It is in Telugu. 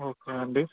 ఓకే అండి